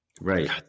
Right